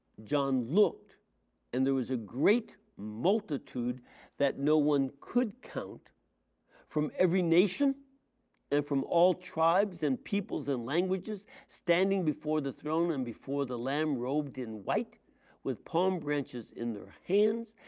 john looked and there was a great multitude that no one could count from every nation and from all tribes and peoples and languages standing before the throne and before the lamb robed in white with palm branches in their hands.